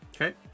Okay